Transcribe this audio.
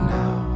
now